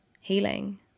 healing